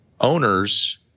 owners